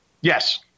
Yes